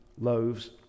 loaves